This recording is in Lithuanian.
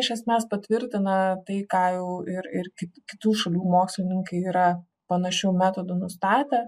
iš esmės patvirtina tai ką jau ir ir kiti kitų šalių mokslininkai yra panašiu metodu nustatę